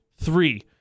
three